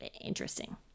interesting